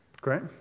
Great